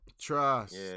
trust